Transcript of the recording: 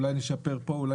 אולי עם שיפורים לפה ולשם.